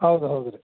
ಹೌದು ಹೌದು ರೀ